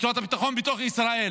רצועת ביטחון בתוך ישראל.